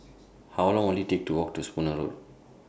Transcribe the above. How Long Will IT Take to Walk to Spooner Road